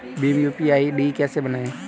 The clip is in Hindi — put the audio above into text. भीम यू.पी.आई आई.डी कैसे बनाएं?